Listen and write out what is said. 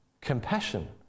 compassion